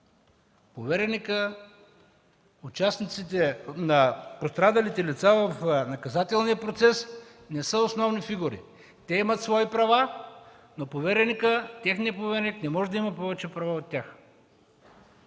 повереника. Пострадалите лица в наказателния процес не са основни фигури. Те имат свои права, но техният повереник не може да има повече права от тях.